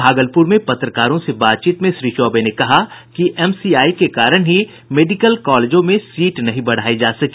भागलपुर में पत्रकारों से बातचीत में श्री चौबे ने कहा कि एमसीआई के कारण ही मेडिकल कालेजों में सीट नहीं बढ़ाई जा सकी